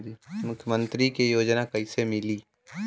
मुख्यमंत्री के योजना कइसे मिली?